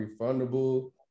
refundable